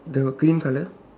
the green colour